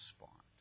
respond